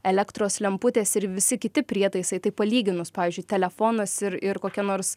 elektros lemputės ir visi kiti prietaisai tai palyginus pavyzdžiui telefonas ir ir kokia nors